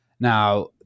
Now